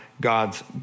God's